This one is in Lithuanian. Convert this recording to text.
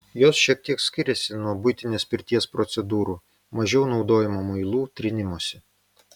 jos šiek tiek skiriasi nuo buitinės pirties procedūrų mažiau naudojama muilų trynimosi